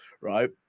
right